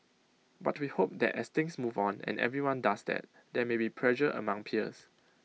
but we hope that as things move on and everyone does that there may be pressure among peers